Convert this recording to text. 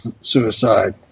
suicide